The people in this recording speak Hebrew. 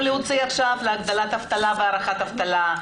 להוציא עכשיו להגדלת אבטלה ולהארכת אבטלה,